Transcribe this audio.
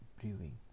brewing